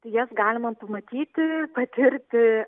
jas galima pamatyti patirti